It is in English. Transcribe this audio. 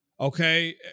Okay